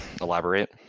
Elaborate